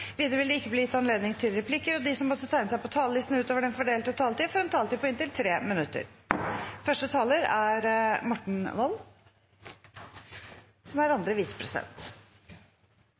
Vidare vil det verta gjeve anledning til seks replikkar med svar etter innlegg frå medlemer av regjeringa, og dei som måtte teikna seg på talarlista utover den fordelte taletida, får ei taletid på inntil 3 minutt.